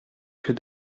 que